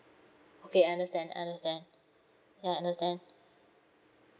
okay I understand I understand ya understand